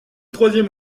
troisième